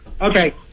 Okay